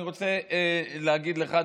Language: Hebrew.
אני רוצה להגיד לך,